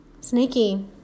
Sneaky